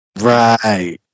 Right